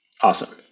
Awesome